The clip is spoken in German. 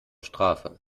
strafe